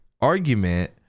argument